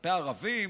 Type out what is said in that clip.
כלפי ערבים